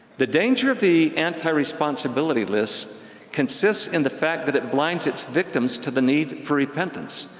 the danger of the anti-responsibility list consists in the fact that it blinds its victims to the need for repentance.